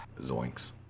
zoinks